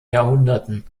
jahrhunderten